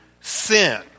sin